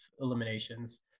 eliminations